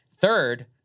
Third